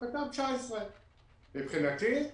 כתב 19'. מבחינתי,